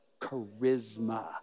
Charisma